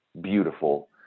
beautiful